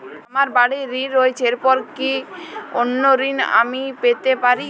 আমার বাড়ীর ঋণ রয়েছে এরপর কি অন্য ঋণ আমি পেতে পারি?